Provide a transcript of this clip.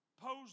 posed